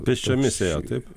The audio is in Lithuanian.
pėsčiomis ėjot taip